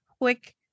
quick